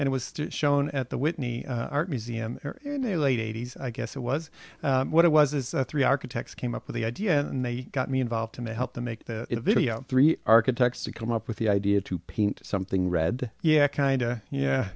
and it was shown at the whitney art museum in the late eighty's i guess it was what it was is three architects came up with the idea and they got me involved in the help to make the video three architects to come up with the idea to paint something red yeah kind of yeah